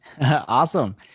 Awesome